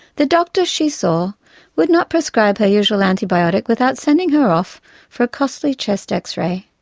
the doctor she saw would not prescribe her usual antibiotic without sending her off for a costly chest x-ray.